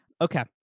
okay